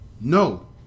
No